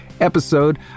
episode